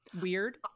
weird